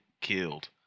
killed